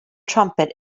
trumpet